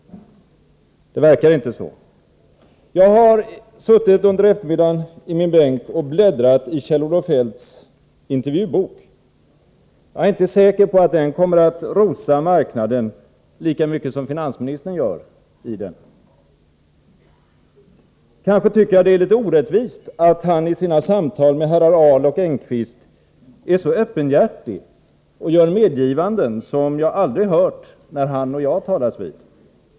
Det verkar inte så. Under förmiddagen har jag suttit i min bänk och bläddrat i Kjell-Olof Feldts intervjubok. Jag är inte säker på att den kommer att rosa marknaden lika mycket som finansministern gör i boken. Jag tycker att det kanske är litet orättvist att han i sina samtal med herrar Ahloch Engqvist är så öppenhjärtig och gör medgivanden som jag aldrig hört när han och jag talats vid.